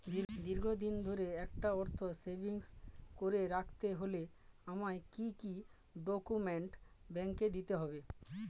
দীর্ঘদিন ধরে একটা অর্থ সেভিংস করে রাখতে হলে আমায় কি কি ডক্যুমেন্ট ব্যাংকে দিতে হবে?